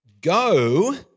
Go